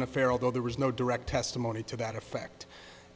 an affair although there was no direct testimony to that effect